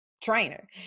trainer